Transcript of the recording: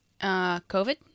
COVID